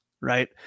right